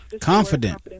Confident